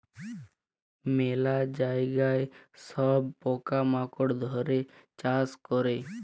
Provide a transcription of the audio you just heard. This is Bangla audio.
ম্যালা জায়গায় সব পকা মাকড় ধ্যরে চাষ ক্যরে